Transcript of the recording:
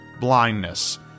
blindness